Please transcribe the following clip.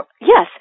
yes